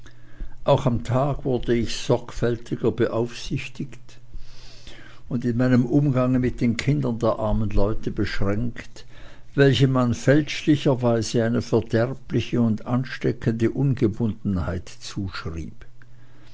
auch am tage wurde ich sorgfältiger beaufsichtigt und in meinem umgange mit den kindern der armen leute beschränkt welchen man fälschlicherweise eine verderbliche und ansteckende ungebundenheit zuschrieb